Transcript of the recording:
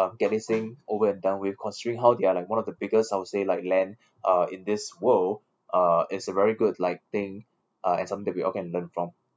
uh get this thing over and done with considering how thet are like one of the biggest I would say like land uh in this world uh is a very good like thing uh and some that we all can learn from